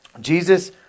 Jesus